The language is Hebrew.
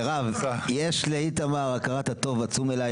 יש לאיתמר הכרת הטוב עצומה אליך.